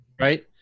Right